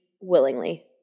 willingly